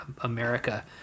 America